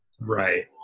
Right